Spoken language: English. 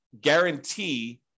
guarantee